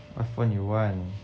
what phone you want